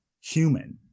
human